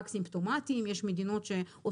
יש מדינות שדוגמות רק סימפטומטיים,